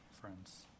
friends